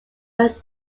earned